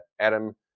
Adam